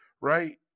right